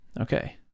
okay